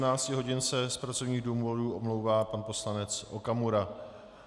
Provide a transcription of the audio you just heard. Od 18 hodin se z pracovních důvodů omlouvá pan poslanec Okamura.